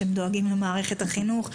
שהם דואגים למערכת החינוך,